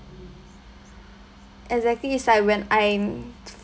exactly it's like when I'm